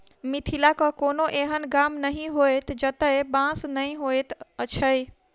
मिथिलाक कोनो एहन गाम नहि होयत जतय बाँस नै होयत छै